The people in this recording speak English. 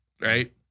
right